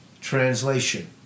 translation